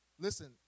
listen